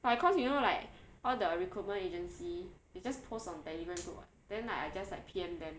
like because you know like all the recruitment agency they just post on Telegram group [what] then I just like P_M them